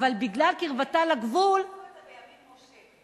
אבל בגלל קרבתה לגבול, עשו את זה בימין-משה.